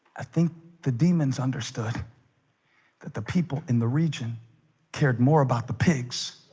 think the demons understood that the people in the region cared more about the pigs